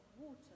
water